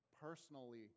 personally